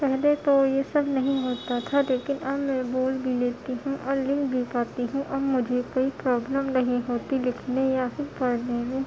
پہلے تو یہ سب نہیں ہوتا تھا لیکن اب میں بول بھی لیتی ہوں اور لکھ بھی پاتی ہوں اب مجھے کوئی پروبلم نہیں ہوتی لکھنے یا پھر پڑھنے میں